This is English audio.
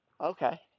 okay